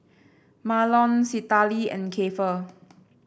Mahlon Citlali and Keifer